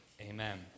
Amen